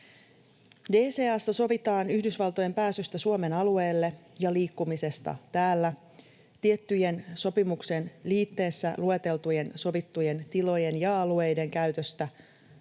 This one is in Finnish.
DCA:ssa sovitaan Yhdysvaltojen pääsystä Suomen alueelle ja liikkumisesta täällä, tiettyjen sopimuksen liitteessä lueteltujen sovittujen tilojen ja alueiden käytöstä,